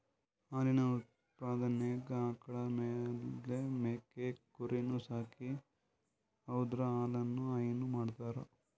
ಹಾಲಿನ್ ಉತ್ಪಾದನೆಗ್ ಆಕಳ್ ಅಲ್ದೇ ಮೇಕೆ ಕುರಿನೂ ಸಾಕಿ ಅವುದ್ರ್ ಹಾಲನು ಹೈನಾ ಮಾಡ್ತರ್